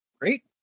Great